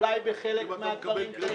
אולי בחלק מהדברים טעינו,